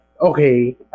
okay